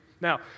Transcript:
Now